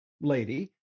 lady